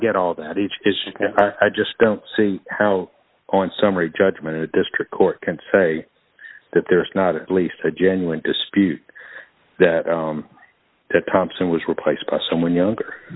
get all that each is i just don't see how on summary judgment the district court can say that there is not at least a genuine dispute that thompson was replaced by someone younger